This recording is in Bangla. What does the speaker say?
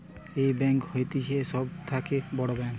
এই ব্যাঙ্ক হতিছে সব থাকে বড় ব্যাঙ্ক